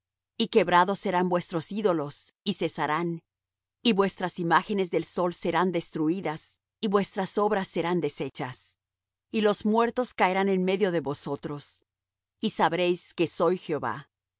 y quebrados serán vuestros ídolos y cesarán y vuestras imágenes del sol serán destruídas y vuestras obras serán desechas y los muertos caerán en medio de vosotros y sabréis que soy jehová